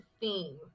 theme